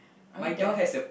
are we done